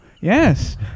yes